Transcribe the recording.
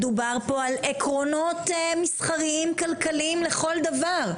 מדובר פה על עקרונות מסחריים כלכליים לכל דבר.